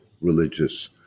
religious